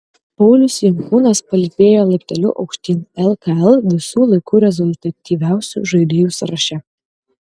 paulius jankūnas palypėjo laipteliu aukštyn lkl visų laikų rezultatyviausių žaidėjų sąraše